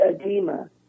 edema